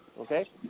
Okay